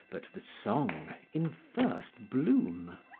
but the song in first bloom.